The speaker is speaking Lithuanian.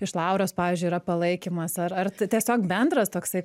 iš lauros pavyzdžiui yra palaikymas ar ar tiesiog bendras toksai